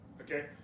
Okay